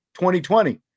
2020